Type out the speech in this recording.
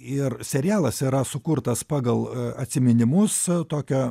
ir serialas yra sukurtas pagal atsiminimus tokio